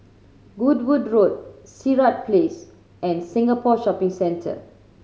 Goodwood Road Sirat Place and Singapore Shopping Centre